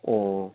ꯑꯣ